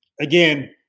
again